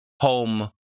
home